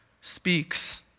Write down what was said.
speaks